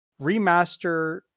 remaster